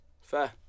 fair